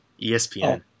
ESPN